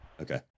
Okay